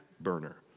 burner